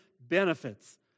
benefits